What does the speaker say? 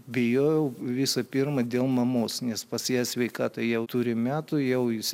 bijojau visų pirma dėl mamos nes pas ją sveikatai jau turi metų jau jis